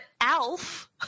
ALF